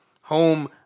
Home